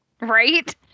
Right